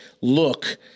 look